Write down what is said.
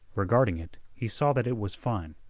regarding it, he saw that it was fine,